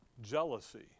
jealousy